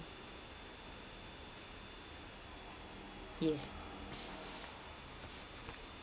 yes